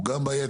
הוא גם בעייתי.